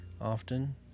often